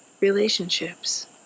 relationships